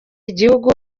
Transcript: igihugu